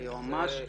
ליועמ"ש,